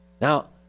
Now